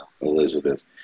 Elizabeth